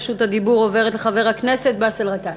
רשות הדיבור עוברת לחבר הכנסת באסל גטאס.